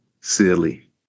Silly